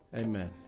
amen